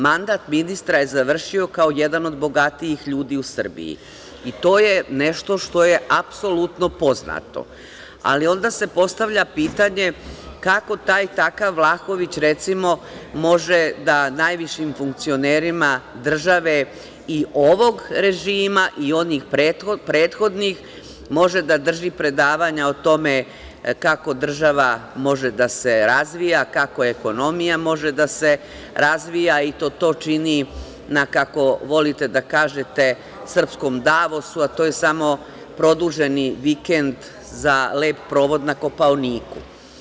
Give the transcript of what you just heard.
Mandat ministra je završio kao jedan od bogatijih ljudi u Srbiji i to je nešto što je apsolutno poznato, ali onda se postavlja pitanje – kako taj takav Vlahović, recimo, može da najvišim funkcionerima države, i ovog režima, i onih prethodnih, može da drži predavanja o tome kako država može da se razvija, kako ekonomija može da se razvija i to čini na, kako volite da kažete, srpskom Davosu, a to je samo produženi vikend za lep provod na Kopaoniku?